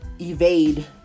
evade